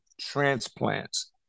transplants